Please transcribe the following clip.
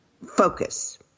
Focus